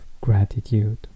gratitude